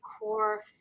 core